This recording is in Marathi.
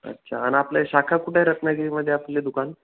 अच्छा आणि आपले शाखा कुठे आहे रत्नागिरीमध्ये आपले दुकान